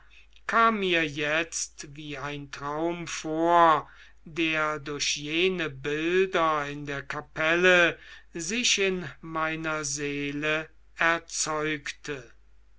kam mir jetzt wie ein traum vor der durch jene bilder in der kapelle sich in meiner seele erzeugte